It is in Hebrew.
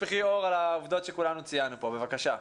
העובדות שכולנו ציינו פה, בבקשה.